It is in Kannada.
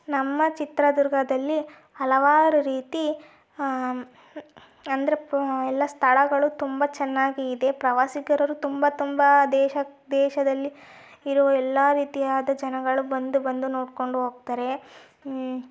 ನಮ್ಮ ಚಿತ್ರದುರ್ಗದಲ್ಲಿ ಹಲವಾರು ರೀತಿ ಅಂದರೆ ಎಲ್ಲ ಸ್ಥಳಗಳು ತುಂಬಾ ಚೆನ್ನಾಗಿ ಇದೆ ಪ್ರವಾಸಿಗರು ತುಂಬ ತುಂಬ ದೇಶಕ್ಕೆ ದೇಶದಲ್ಲಿ ಇರುವ ಎಲ್ಲ ರೀತಿಯಾದ ಜನಗಳು ಬಂದು ಬಂದು ನೋಡ್ಕೊಂಡು ಹೋಗ್ತಾರೆ